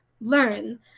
learn